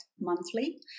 monthly